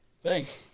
Thanks